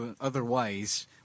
otherwise